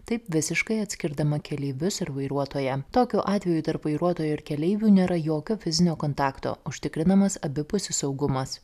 taip visiškai atskirdama keleivius ir vairuotoją tokiu atveju tarp vairuotojo ir keleivių nėra jokio fizinio kontakto užtikrinamas abipusis saugumas